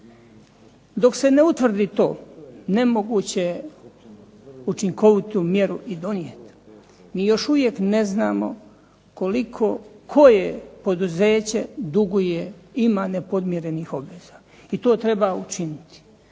Dok se ne utvrdi to nemoguće je učinkovitu mjeru i donijeti i još uvijek ne znamo koliko koje poduzeće duguje i ima nepodmirenih obveza. I to treba učiniti,